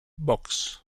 box